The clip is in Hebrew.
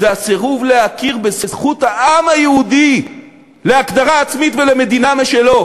זה הסירוב להכיר בזכות העם היהודי להגדרה עצמית ולמדינה משלו,